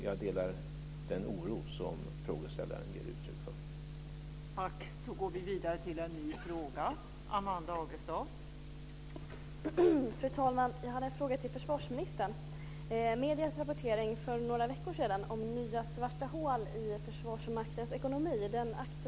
Jag delar den oro som frågeställaren ger uttryck för.